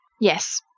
Yes